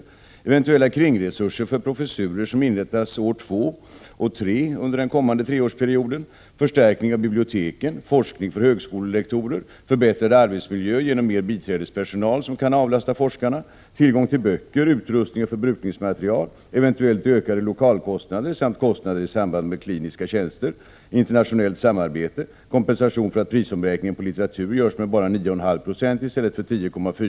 Det skall räcka till eventuella kringresurser för professurer som inrättas under åren två och tre av den kommande treårsperioden, till förstärkning av biblioteken, till forskning för högskolelektorer, förbättrad arbetsmiljö genom mer biträdespersonal, som kan avlasta forskarna, tillgång till böcker, utrustning och förbruksmateriel, eventuellt ökade lokalkostnader samt kostnader i samband med kliniska tjänster, internationellt samarbete och kompensation för att prisomräkningen på litteratur görs med bara 9,5 Jo i stället för 10,4 26.